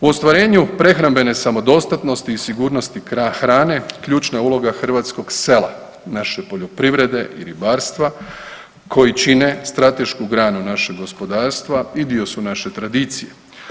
U ostvarenju prehrambene samodostatnosti i sigurnosti hrane, ključna je uloga hrvatskog sela, naše poljoprivrede i ribarstva koji čine stratešku granu našeg gospodarstva i dio su naše tradicije.